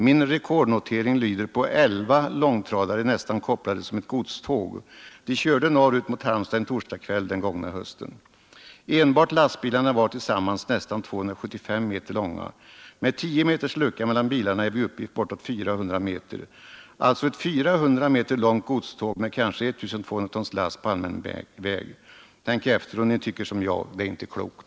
Min rekordnotering lyder på 11 långtradare nästan kopplade som ett godståg. De körde norr ut mot Halmstad en torsdagskväll den gångna hösten. Enbart lastbilarna var tillsammans nästan 275 m långa. Med 10 meters lucka mellan bilarna är vi uppe i bortåt 400 m. Alltså ett 400 m långt godståg med kanske 1 200 tons last på allmän väg. Tänk efter, och ni tycker som jag: Det är inte klokt!